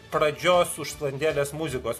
pradžios užsklandėlės muzikos